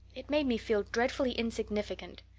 it made me feel dreadfully insignificant.